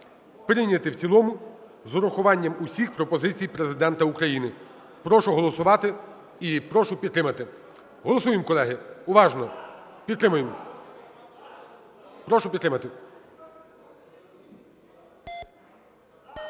прийняти в цілому з урахуванням усіх пропозицій Президента України. Прошу голосувати. І прошу підтримати. Голосуємо, колеги, уважно. Підгримуємо. Прошу підтримати.